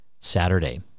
Saturday